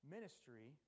Ministry